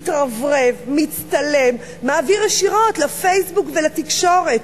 מתרברב, מצטלם, מעביר ישירות ל"פייסבוק" ולתקשורת.